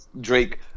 drake